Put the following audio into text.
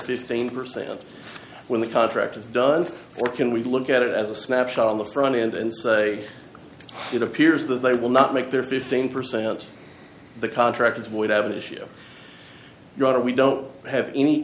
fifteen percent when the contract is does or can we look at it as a snapshot on the front end and say it appears that they will not make their fifteen percent the contractors would have an issue your honor we don't have any